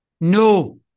No